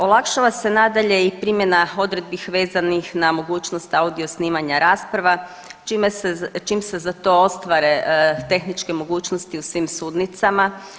Olakšava se nadalje i primjena odredbi vezanih na mogućnosti audio snimanja rasprava čime se, čim se za to ostvare tehničke mogućnosti u svim sudnicama.